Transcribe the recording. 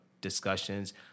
discussions